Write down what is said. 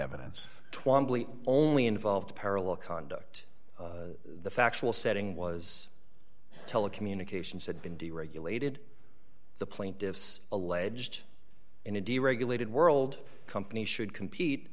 twamley only involved parallel conduct the factual setting was telecommunications had been deregulated the plaintiffs alleged in a deregulated world company should compete